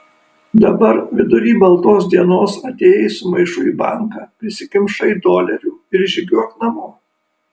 dabar vidury baltos dienos atėjai su maišu į banką prisikimšai dolerių ir žygiuok namo